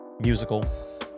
musical